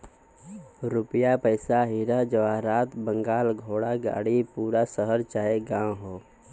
रुपिया पइसा हीरा जवाहरात बंगला घोड़ा गाड़ी पूरा शहर चाहे गांव हौ